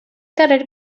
carrer